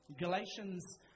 Galatians